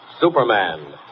Superman